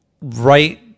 right